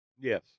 Yes